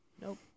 Nope